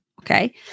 okay